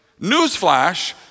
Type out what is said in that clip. newsflash